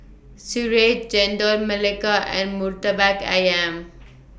Sireh Chendol Melaka and Murtabak Ayam